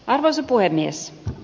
arvoisa puhemies